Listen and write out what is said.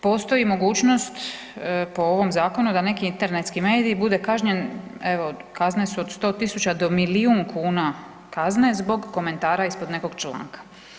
Postoji mogućnost po ovom zakonu da neki internetski medij bude kažnjen evo kazne su od 100 tisuća do milijun kuna kazne zbog komentara ispod nekog članka.